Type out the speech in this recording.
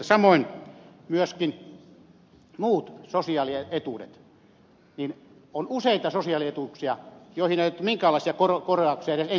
samoin myöskin muut sosiaalietuudet on useita sosiaalietuuksia joihin ei ole tehty minkäänlaisia korjauksia edes ensi vuoden budjetissa